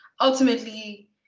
ultimately